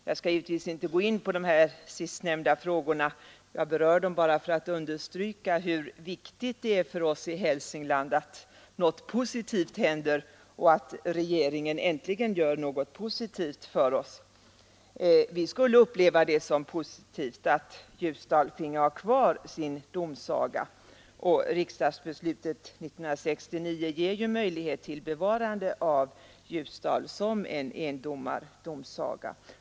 Jag skall givetvis inte gå in på de sistnämnda frågorna — jag berör dem bara för att understryka hur viktigt det är för oss i Hälsingland att något positivt händer och att regeringen äntligen gör något positivt för oss. Vi skulle uppleva det som positivt att Ljusdal finge ha kvar sin domsaga. Riksdagsbeslutet 1969 ger möjlighet till bevarande av endomardomsagan i Ljusdal.